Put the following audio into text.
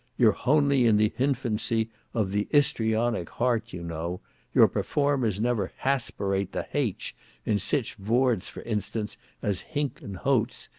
you're honely in the hinfancy of the istoryonic hart you know your performers never haspirate the haitch in sich vords for instance as hink and hoats,